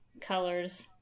colors